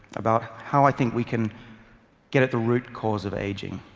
about how i think we can get at the root cause of aging.